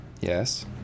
Yes